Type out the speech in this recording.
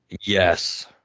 Yes